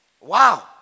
Wow